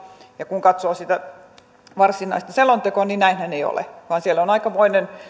ja kun katsoo sitä varsinaista selontekoa niin näinhän ei ole vaan siellä on aikamoinen